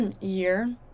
year